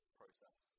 process